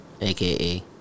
aka